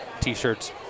t-shirts